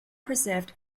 preserved